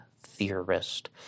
theorist